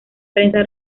prensa